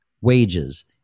wages